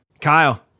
Kyle